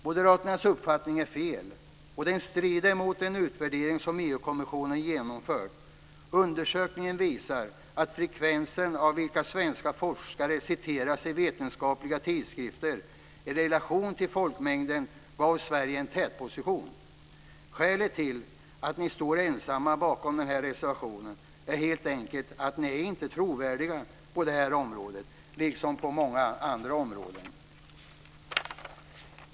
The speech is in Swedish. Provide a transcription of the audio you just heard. Moderaternas uppfattning är fel och den strider mot den utvärdering som EU-kommissionen genomfört. Undersökningen visar att frekvensen av antalet svenska forskare som citerades i vetenskapliga tidskrifter i relation till folkmängden gav Sverige en tätposition. Skälet till att ni står ensamma bakom denna reservation är helt enkelt att ni inte är trovärdiga på detta område, liksom på flera andra områden.